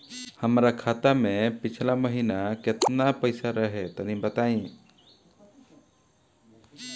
हमरा खाता मे पिछला महीना केतना पईसा रहे तनि बताई?